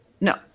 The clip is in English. No